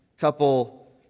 couple